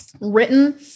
written